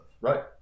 right